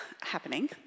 happening